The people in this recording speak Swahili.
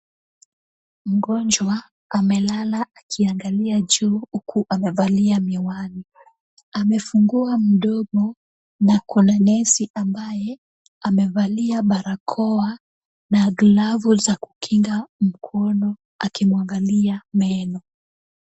Mgonjwa amelala akiangalia juu, huku amevalia miwani. Amefungua mdomo na kuna nesi ambaye amevalia barakoa na glavu za kukinga mkono, akimuangalia meno.